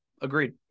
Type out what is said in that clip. agreed